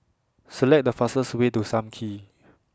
Select The fastest Way to SAM Kee